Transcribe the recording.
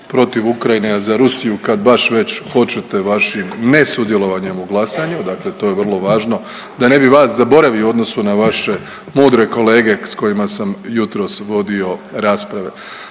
protiv Ukrajine, a za Rusiju, kad baš već hoćete vašim nesudjelovanjem u glasanju, dakle to je vrlo važno, da ne bih vas zaboravio u odnosu na vaše mudre kolege s kojima sam jutros vodio rasprave.